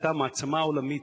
היתה מעצמה עולמית,